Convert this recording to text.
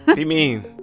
but be mean.